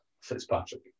Fitzpatrick